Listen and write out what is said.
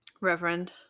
reverend